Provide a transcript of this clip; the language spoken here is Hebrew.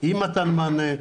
אי מתן מענה,